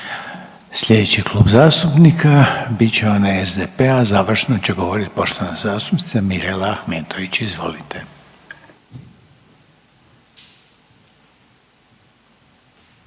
Slijedeći klub zastupnica bit će onaj SDP-a, a završno će govorit poštovana zastupnica Mirela Ahmetović.